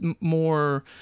more